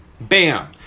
Bam